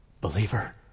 believer